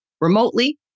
remotely